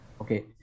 Okay